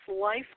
life